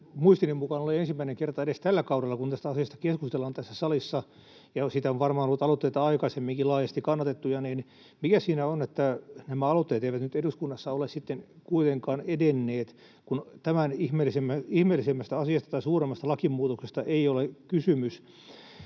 muistini mukaan ole ensimmäinen kerta edes tällä kaudella, kun tästä asiasta keskustellaan tässä salissa, ja siitä on varmaan ollut aikaisemminkin laajasti kannatettuja aloitteita, niin mikä siinä on, että nämä aloitteet eivät nyt eduskunnassa ole sitten kuitenkaan edenneet, kun tämän ihmeellisemmästä asiasta tai suuremmasta lakimuutoksesta ei ole kysymys.